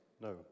No